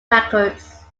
records